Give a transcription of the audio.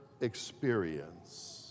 experience